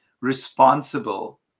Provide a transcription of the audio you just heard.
responsible